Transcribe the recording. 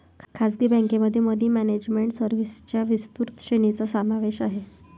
खासगी बँकेमध्ये money management सर्व्हिसेसच्या विस्तृत श्रेणीचा समावेश आहे